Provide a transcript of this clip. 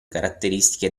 caratteristiche